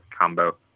combo